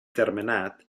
termenat